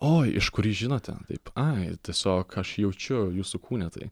oi iš kur jūs žinote taip ai tiesiog aš jaučiu jūsų kūne tai